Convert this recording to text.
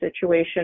situation